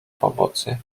pomocy